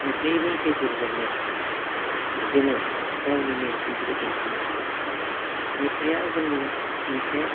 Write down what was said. मेथाइनि गेजेरजोंनो जोङो गावनि नेर्सोनखोबो दिन्थिनो हायो मेथाइआ जोंनि मोनसे